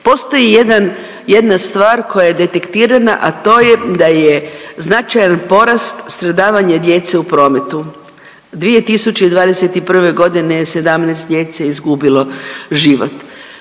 Postoji jedan, jedna stvar koja je detektirana, a to je da je značajan porast stradavanja djece u prometu. 2021. godine je 17 djece izgubilo život.